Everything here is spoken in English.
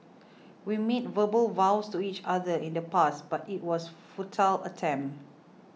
we made verbal vows to each other in the past but it was a futile attempt